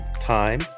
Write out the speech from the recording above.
time